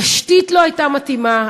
התשתית לא הייתה מתאימה,